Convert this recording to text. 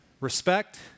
Respect